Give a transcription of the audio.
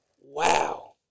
Wow